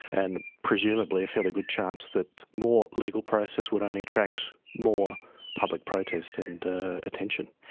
and presumably a fairly good chance that more legal process would only attract more public protest and attention.